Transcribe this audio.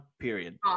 period